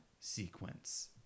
sequence